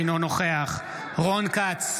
אינו נוכח רון כץ,